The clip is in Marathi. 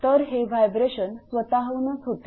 तर हे व्हायब्रेशन स्वतः मुळे होते